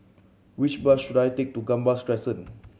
which bus should I take to Gambas Crescent